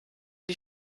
die